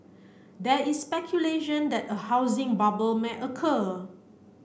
there is speculation that a housing bubble may occur